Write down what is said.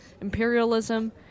imperialism